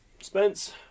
Spence